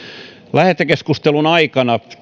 lähetekeskustelun aikana